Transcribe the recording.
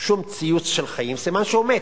שום ציוץ של חיים, סימן שהוא מת.